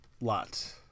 lot